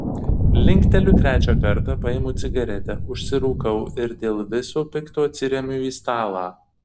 linkteliu trečią kartą paimu cigaretę užsirūkau ir dėl viso pikto atsiremiu į stalą